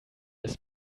des